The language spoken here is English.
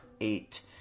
eight